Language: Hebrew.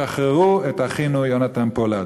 שחררו את אחינו יהונתן פולארד.